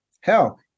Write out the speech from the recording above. Hell